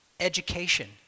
Education